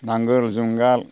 नांगोल जुंगाल